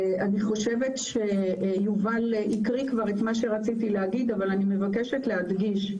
אני חושבת שיובל הקריא כבר את מה שרציתי לומר אבל אני מבקשת להדגיש.